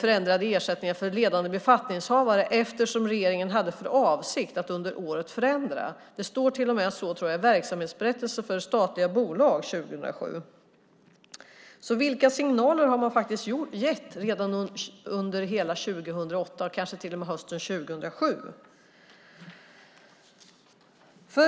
förändrade ersättningar för ledande befattningshavare eftersom regeringen hade för avsikt att under året förändra. Det står till och med så, tror jag, i verksamhetsberättelsen för statliga bolag 2007. Vilka signaler har man gett under hela 2008 och kanske till och med hösten 2007?